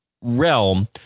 realm